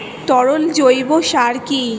তরল জৈব সার কি?